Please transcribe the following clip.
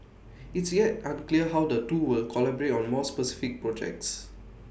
it's yet unclear how the two will collaborate on more specific projects